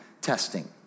testing